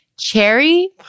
Cherry